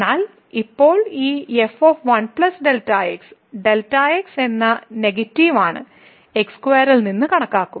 എന്നാൽ ഇപ്പോൾ ഈ f 1 Δ x Δ x എന്നിവ നെഗറ്റീവ് ആണ് x2 ൽ നിന്ന് കണക്കാക്കും